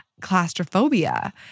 claustrophobia